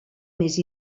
més